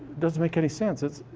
doesn't make any sense.